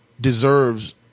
deserves